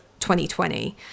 2020